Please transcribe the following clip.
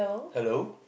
hello